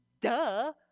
Duh